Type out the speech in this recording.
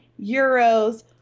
euros